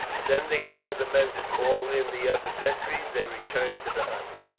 sending one of the men to call in the other sentries, they returned to the huts.